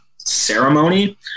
ceremony